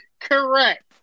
Correct